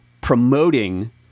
promoting